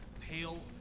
pale